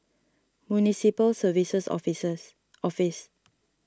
Municipal Services Offices